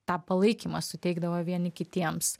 tą palaikymą suteikdavo vieni kitiems